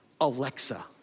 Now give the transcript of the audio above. Alexa